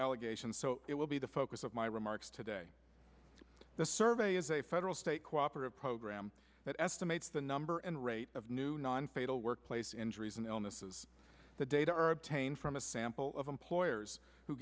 allegations so it will be the focus of my remarks today the survey is a federal state cooperative program that estimates the number and rate of new non fatal workplace injuries and illnesses the data are obtained from a sample of employers who